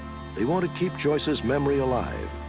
they want to keep joyce's memory alive,